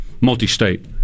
multi-state